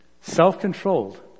self-controlled